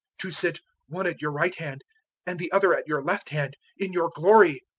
to sit one at your right hand and the other at your left hand, in your glory.